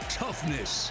toughness